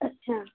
اچھا